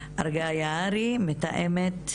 לערגה יערי, מתאמת אינטימיות,